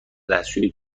دستشویی